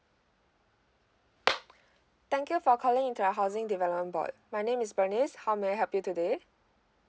thank you for calling in to housing development board my name is bernice how may I help you today